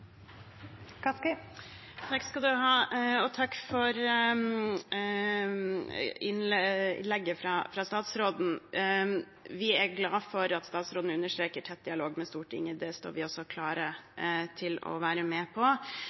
tydelig. Takk for innlegget fra statsråden. Vi er glad for at statsråden understreker tett dialog med Stortinget. Det står vi også klar til å være med på.